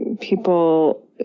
people